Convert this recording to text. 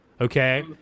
Okay